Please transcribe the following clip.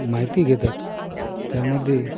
माहिती घेतात त्यामध्ये